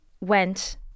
went